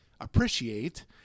appreciate